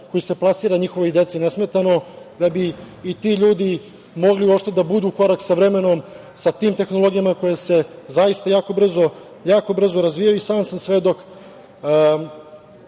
koji se plasira njihovoj deci nesmetano, da bi i ti ljudi mogli uopšte da budu ukorak sa vremenom, sa tim tehnologijama koje se zaista jako brzo razvijaju.I sam sam svedok